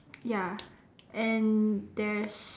ya and there's